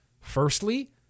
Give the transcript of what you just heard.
Firstly